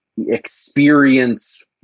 experience